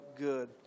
good